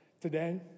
today